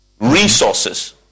resources